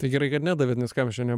tai gerai kad nedavėt nes ką mes čia ne